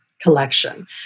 collection